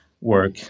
work